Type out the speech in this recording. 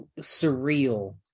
surreal